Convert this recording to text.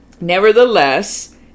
nevertheless